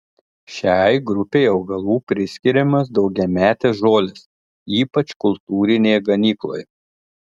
šiai grupei augalų priskiriamos daugiametės žolės ypač kultūrinėje ganykloje